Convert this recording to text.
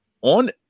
on